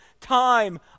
time